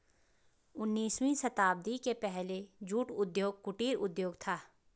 उन्नीसवीं शताब्दी के पहले जूट उद्योग कुटीर उद्योग था